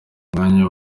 mwanya